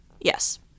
Yes